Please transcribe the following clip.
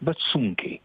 bet sunkiai